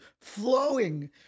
flowing